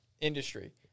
industry